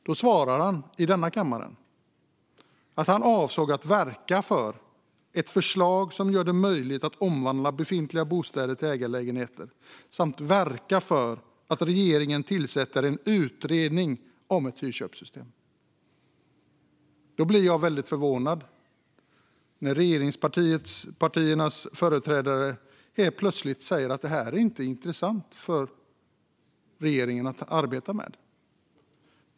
Han svarade då, i denna kammare, att han avsåg att verka för ett förslag som gör det möjligt att omvandla befintliga bostäder till ägarlägenheter samt att verka för att regeringen tillsätter en utredning om ett hyrköpssystem. Jag blir därför väldigt förvånad när regeringspartiets företrädare helt plötsligt säger att detta inte är intressant för regeringen att arbeta med.